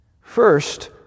First